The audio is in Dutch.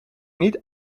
niet